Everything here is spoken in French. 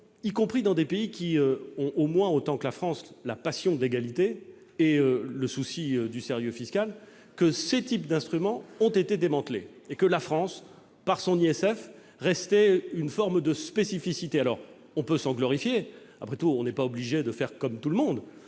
y compris dans des pays qui ont au moins autant que la France la passion de l'égalité et la préoccupation du sérieux fiscal, ont été démantelés et que la France, par son ISF, restait une forme de spécificité. Certes, on pouvait s'en glorifier- après tout, on n'est pas obligé de faire comme tout le monde